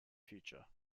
future